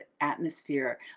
atmosphere